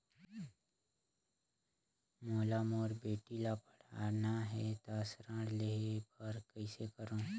मोला मोर बेटी ला पढ़ाना है तो ऋण ले बर कइसे करो